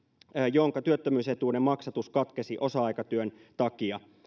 jonka työttömyysetuuden maksatus katkesi osa aikatyön takia